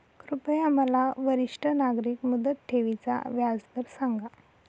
कृपया मला वरिष्ठ नागरिक मुदत ठेवी चा व्याजदर सांगा